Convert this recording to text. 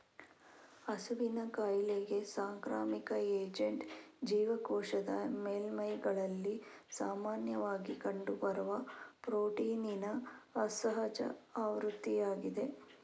ಹಸುವಿನ ಕಾಯಿಲೆಗೆ ಸಾಂಕ್ರಾಮಿಕ ಏಜೆಂಟ್ ಜೀವಕೋಶದ ಮೇಲ್ಮೈಗಳಲ್ಲಿ ಸಾಮಾನ್ಯವಾಗಿ ಕಂಡುಬರುವ ಪ್ರೋಟೀನಿನ ಅಸಹಜ ಆವೃತ್ತಿಯಾಗಿದೆ